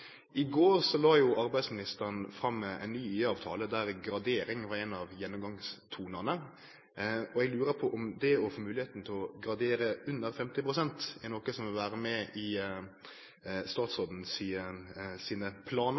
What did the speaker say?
I går la jo arbeidsministeren fram ein ny IA-avtale, der gradering var ein av gjennomgangstonane. Eg lurer på om det å få høve til å gradere under 50 pst. er noko som vil vere med i statsråden sine planar